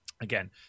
Again